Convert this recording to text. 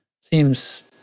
seems